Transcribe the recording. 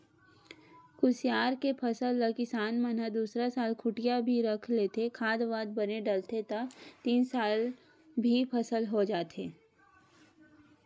कुसियार के फसल ल किसान मन ह दूसरा साल खूटिया भी रख लेथे, खाद वाद बने डलथे त तीन साल भी फसल हो जाथे